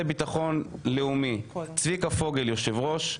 מטעם הוועדה לביטחון לאומי: צביקה פוגל יושב-ראש,